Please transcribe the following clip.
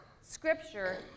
scripture